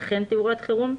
וכן תאורת חירום,